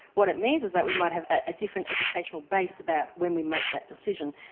what it means is that we might have a different educational base about when we make that decision.